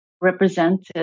represented